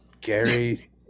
Gary